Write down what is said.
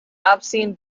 obscene